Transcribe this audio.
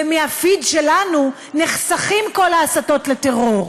ומהפיד שלנו נחסכות כל ההסתות לטרור,